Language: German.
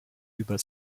über